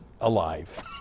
alive